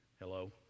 Hello